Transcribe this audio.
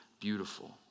beautiful